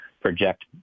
project